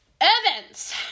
Events